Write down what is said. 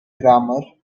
grammar